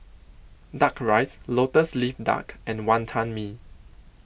Duck Rice Lotus Leaf Duck and Wantan Mee